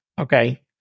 Okay